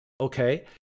okay